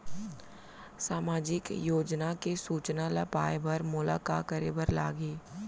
सामाजिक योजना के सूचना ल पाए बर मोला का करे बर लागही?